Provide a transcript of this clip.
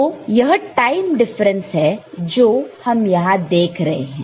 तो यह time difference है जो हम यहां देख रहे हैं